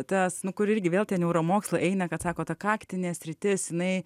tas nu kur irgi vėl tie neuromokslai eina kad sako ta kaktinė sritis jinai